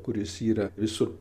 kuris yra visur